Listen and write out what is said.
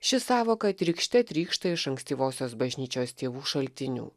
ši sąvoka trykšte trykšta iš ankstyvosios bažnyčios tėvų šaltinių